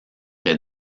est